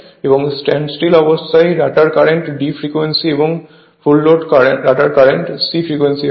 এবং standstill অবস্থায় rotor current d frequency এবং ফুল লোডে রটার কারেন্টের e ফ্রিকোয়েন্সি হয়